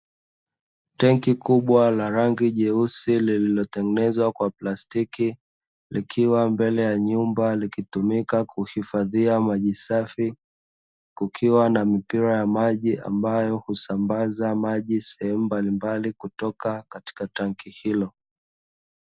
Tenki kubwa la rangi nyeusi lililotengenezwa kwa plastiki, likiwa mbele ya nyumba likitumika kuhifadhia maji safi, kukiwa na mipira ya maji ambayo husambaza maji sehemu mbalimbali kutoka katika tanki hilo.